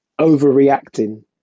Overreacting